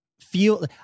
feel